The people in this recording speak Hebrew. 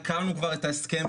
כבר הכרנו את ההסכם,